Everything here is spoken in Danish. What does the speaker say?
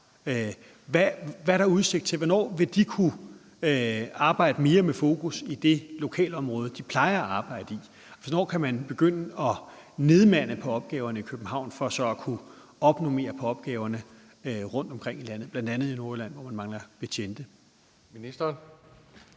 udstationeret i København, vil kunne arbejde mere med fokus på det lokalområde, de plejer at arbejde i? Hvornår kan man begynde at nednormere på opgaverne i København for så at kunne opnormere opgaverne rundtomkring i landet, bl.a. i Nordjylland, hvor man mangler betjente?